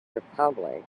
republic